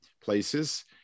places